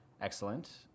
Excellent